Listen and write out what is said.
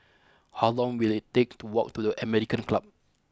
how long will it take to walk to the American Club